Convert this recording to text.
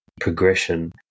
progression